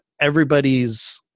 everybody's